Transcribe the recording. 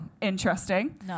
interesting